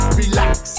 Relax